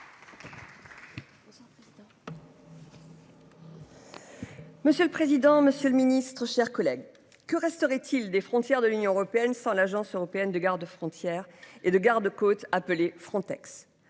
Monsieur le président, Monsieur le Ministre, chers collègues, que resterait-il des frontières de l'Union européenne sans l'agence européenne de garde-frontières et de gardes-côtes appelée Frontex.